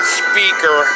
speaker